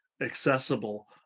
accessible